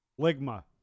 ligma